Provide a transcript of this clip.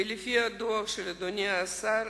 לפי הדוח של אדוני השר,